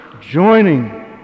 joining